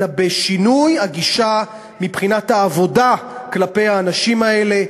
אלא בשינוי הגישה מבחינת העבודה כלפי האנשים האלה.